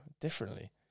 differently